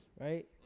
right